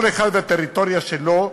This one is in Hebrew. כל אחד והטריטוריה שלו,